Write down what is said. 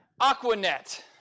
Aquanet